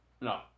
no